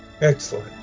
excellent